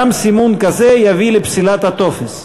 גם סימון כזה יביא לפסילת הטופס.